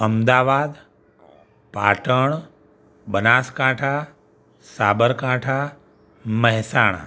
Ahmedabad Patan Banaskantha Sabarkantha Mehsana